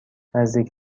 نزدیک